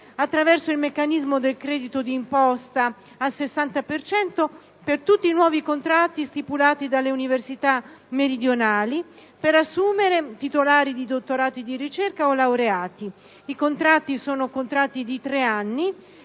Attraverso il meccanismo del credito d'imposta al 60 per cento, per tutti i nuovi contratti stipulati dalle università meridionali per assumere titolari di dottorato di ricerca o laureati. I contratti sono di tre anni